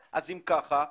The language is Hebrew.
אם לא מקבלים את ההחלטה שלו,